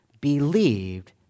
believed